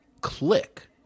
click